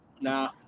Nah